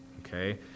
Okay